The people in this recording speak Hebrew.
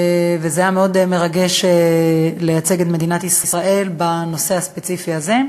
והיה מאוד מרגש לייצג את מדינת ישראל בנושא הספציפי הזה.